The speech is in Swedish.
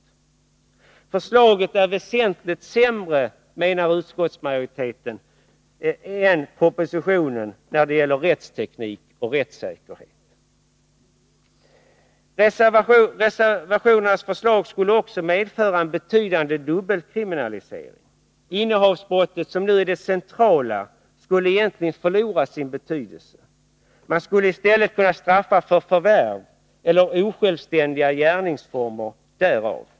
Förslaget är väsentligt sämre, menar utskottsmajoriteten än propositionen när det gäller rättsteknik och rättssäkerhet. Reservationens förslag skulle också medföra en betydande dubbelkriminalisering. Innehavsbrottet, som nu är det centrala, skulle egentligen förlora sin betydelse. Man skulle i stället kunna straffa för förvärv eller osjälvständiga gärningsformer.